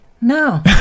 No